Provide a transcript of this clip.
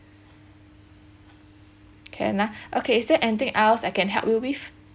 can ah okay is there anything else I can help you with